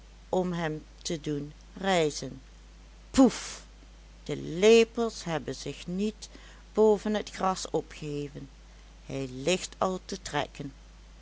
om hem te doen rijzen poef de lepels hebben zich niet boven het gras opgeheven hij ligt al te